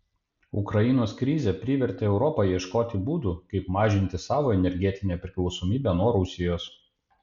ukrainos krizė privertė europą ieškoti būdų kaip mažinti savo energetinę priklausomybę nuo rusijos